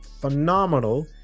phenomenal